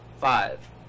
Five